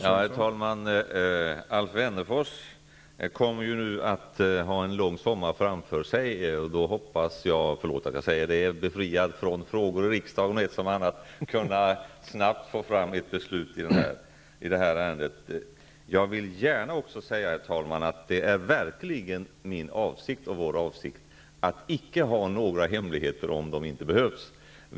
Herr talman! Alf Wennerfors har nu en lång sommar framför sig. Eftersom jag då kommer att vara -- förlåt att jag säger det -- befriad från bl.a. frågor i riksdagen, hoppas jag att det skall gå snabbt att få fram ett beslut i det här ärendet. Herr talman! Det är verkligen min och vår avsikt att icke ha några hemligheter om det inte behövs.